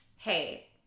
Hey